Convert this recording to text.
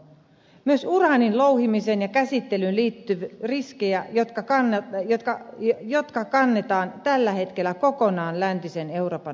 myös uraanin louhimiseen ja käsittelyyn liittyy riskejä jotka kannetaan tällä hetkellä kokonaan läntisen euroopan ulkopuolelta